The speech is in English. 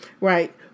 right